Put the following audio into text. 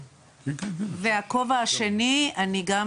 והכובע השני, אני גם